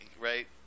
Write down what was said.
right